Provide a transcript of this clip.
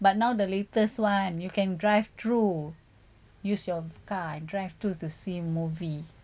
but now the latest one you can drive through use your car and drive through to see movie